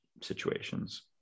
situations